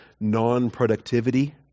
non-productivity